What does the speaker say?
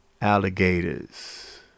alligators